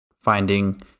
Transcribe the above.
finding